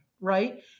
right